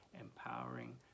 empowering